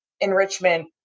enrichment